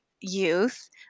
youth